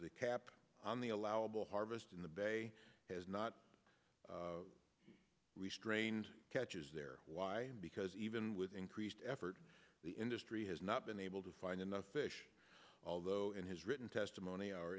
the cap on the allowable harvest in the bay has not restrained catches why because even with increased effort the industry has not been able to find enough fish although in his written testimony our